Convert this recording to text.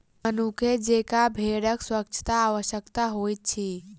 मनुखे जेंका भेड़क स्वच्छता आवश्यक होइत अछि